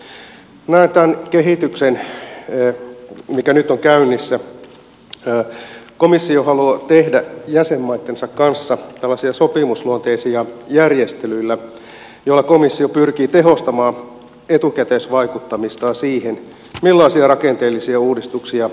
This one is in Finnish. näen tämän kehityksen mikä nyt on käynnissä niin että komissio haluaa tehdä jäsenmaittensa kanssa tällaisia sopimusluonteisia järjestelyjä joilla komissio pyrkii tehostamaan etukäteisvaikuttamistaan siihen millaisia rakenteellisia uudistuksia jäsenmaissa toteutetaan